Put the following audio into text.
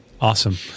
awesome